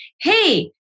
Hey